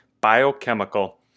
Biochemical